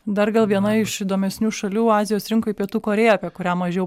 dar gal viena iš įdomesnių šalių azijos rinkoj pietų korėja apie kurią mažiau